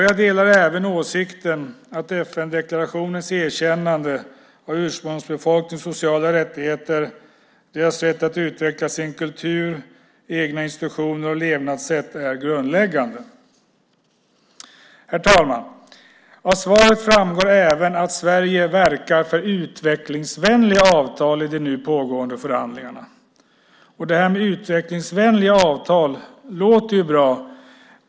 Jag delar även åsikten om FN-deklarationens erkännande av ursprungsbefolkningars sociala rättigheter, deras rätt att utveckla sin kultur, egna institutioner och levnadssätt är grundläggande. Herr talman! Av svaret framgår även att Sverige verkar för utvecklingsvänliga avtal i de nu pågående förhandlingarna. Detta med utvecklingsvänliga avtal låter bra.